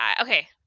Okay